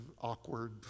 awkward